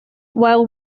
while